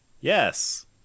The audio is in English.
Yes